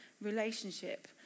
relationship